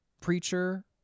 preacher